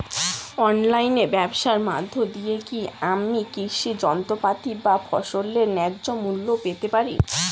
অনলাইনে ব্যাবসার মধ্য দিয়ে কী আমি কৃষি যন্ত্রপাতি বা ফসলের ন্যায্য মূল্য পেতে পারি?